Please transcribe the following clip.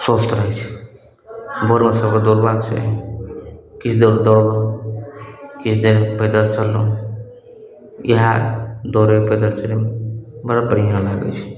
स्वस्थ रहय छै भोरमे सभकेँ दौड़बाक चाही किछु देर दौड़लहुँ किछु देर पैदल चललहुँ इएहे दौड़य पैदल चलयमे बड़ा बढ़िआँ लागय छै